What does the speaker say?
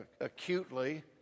acutely